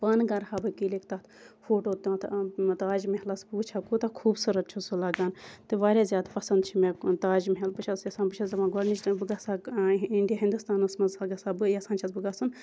پانہٕ کَرہا بہٕ کِلِک تتھ فوٹو تتھ فوٹو تاج محلَس بہٕ وٕچھ ہا کوٗتاہ خوٗبصورَت چھُ سُہ لَگان تہٕ واریاہ زیاد پَسَنٛد چھُ مےٚ تاج محل بہٕ چھَس یَژھان بہٕ چھَس دَپان گۄڈنِچ لَٹہِ بہٕ گَژھِ ہا کانٛہہ اِنڈیا ہِندُستانَس مَنٛز گَژھ ہا بہٕ یَژھان چھَس بہٕ گَژھُن